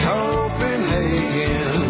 Copenhagen